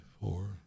four